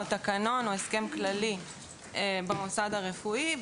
תקנה או הסכם כללי במוסד הרפואי.